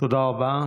תודה רבה.